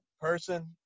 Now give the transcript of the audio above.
person